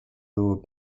lure